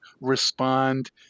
respond